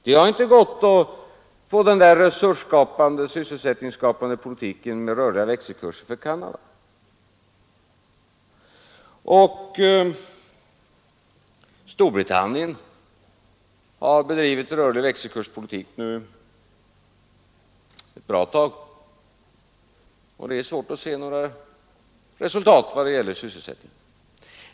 Det har inte gått för Canada att med rörliga växelkurser få den där resursoch sysselsättningsskapande politiken. Storbritannien har bedrivit rörlig växelkurspolitik ett bra tag, och det är svårt att där se några resultat i vad gäller sysselsättningen.